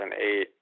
2008